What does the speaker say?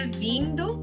vindo